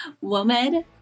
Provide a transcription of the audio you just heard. Woman